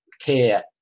care